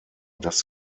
das